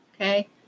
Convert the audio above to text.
okay